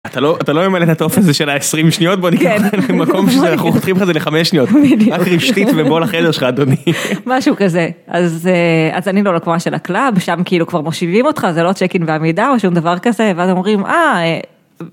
אתה לא אתה לא ממלא את הטופס של ה-20 שניות בוא ניקח לך את המקום שלך אנחנו חותכים לך את זה ל-5 שניות אחרי שחית (?) בוא לחדר שלך אדוני משהו כזה אז אז אני לא הקבועה של הקלאב שם כאילו כבר מושיבים אותך זה לא צ'קינג בעמידה או שום דבר כזה ואז אומרים אההה.